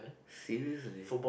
seriously